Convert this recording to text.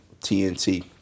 TNT